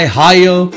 higher